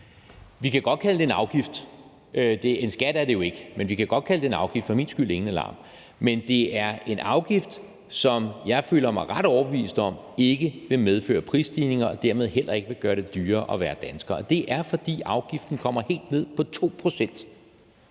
Vi kan godt kalde det en afgift. En skat er det jo ikke, men vi kan godt kalde det en afgift – for min skyld ingen alarm. Men det er en afgift, som jeg føler mig ret overbevist om ikke vil medføre prisstigninger og dermed heller ikke vil gøre det dyrere at være dansker, og det er, fordi afgiften kommer helt ned på 2